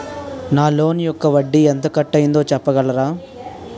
నా లోన్ యెక్క వడ్డీ ఎంత కట్ అయిందో చెప్పగలరా?